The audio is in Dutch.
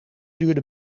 duurde